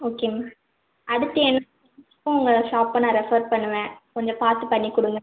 okay ma'am அடுத்து எனக்கும் உங்கள் ஷாப்பை நான் ரெஃபர் பண்ணுவேன் கொஞ்சம் பார்த்து பண்ணிக்கொடுங்க